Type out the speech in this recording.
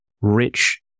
rich